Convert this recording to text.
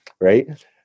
Right